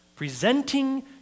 Presenting